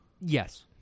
Yes